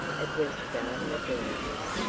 it was the garden of dreams.